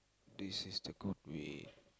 this is the good way